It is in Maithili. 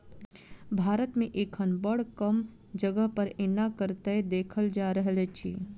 भारत मे एखन बड़ कम जगह पर एना करैत देखल जा रहल अछि